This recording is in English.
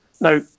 Now